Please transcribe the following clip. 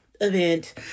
event